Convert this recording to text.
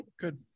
Good